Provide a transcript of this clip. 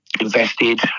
invested